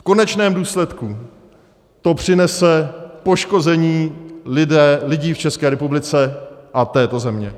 V konečném důsledku to přinese poškození lidí v České republice a této země.